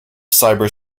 cyber